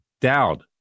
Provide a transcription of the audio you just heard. Dowd